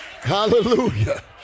Hallelujah